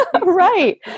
Right